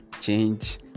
change